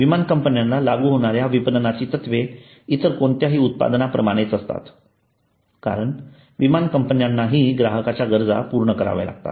विमान कंपन्यांना लागू होणाऱ्या विपणनाची तत्त्वे इतर कोणत्याही उत्पादनाप्रमाणेच असतात कारण विमान कंपन्यांनाही ग्राहकांच्या गरजापूर्ण कराव्या लागतात